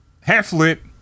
Half-lit